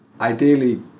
ideally